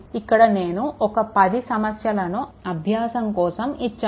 ఇక్కడ నేను ఒక 10 సమస్యలను అభ్యాసం కోసం ఇచ్చాను